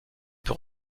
peut